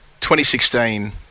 2016